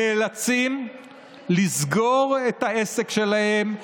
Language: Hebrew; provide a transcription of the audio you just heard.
הם נאלצים לסגור את העסק שלהם,